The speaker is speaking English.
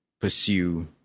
pursue